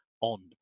on